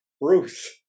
Bruce